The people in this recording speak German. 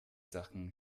sachen